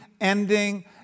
ending